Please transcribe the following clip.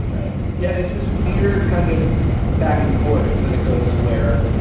right? yeah. it's this weird kind of back and forth that it goes where,